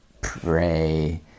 pray